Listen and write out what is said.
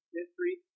history